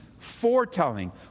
foretelling